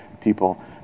people